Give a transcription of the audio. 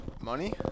money